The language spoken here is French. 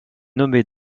nommé